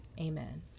Amen